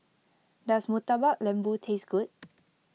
does Murtabak Lembu taste good